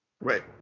Right